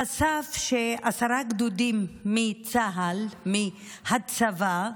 חשף שעשרה גדודים מצה"ל, מהצבא,